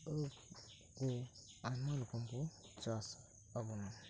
ᱟᱺᱠᱷ ᱠᱚ ᱟᱭᱢᱟ ᱨᱚᱠᱚᱢ ᱠᱚ ᱪᱟᱥ ᱛᱟᱵᱚᱱᱟ